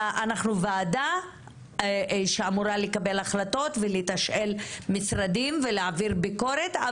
אנחנו ועדה שאמורה לקבל החלטות ולתשאל משרדים ולהעביר ביקורת.